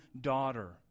daughter